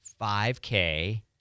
5K